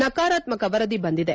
ನಕರಾತ್ಮಕ ವರದಿ ಬಂದಿದೆ